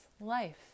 life